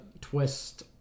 twist